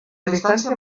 distància